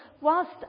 whilst